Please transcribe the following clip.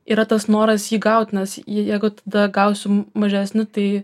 yra tas noras jį gaut nes jeigu tada gausi mažesni tai